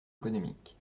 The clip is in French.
économique